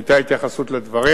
היתה התייחסות לדברים.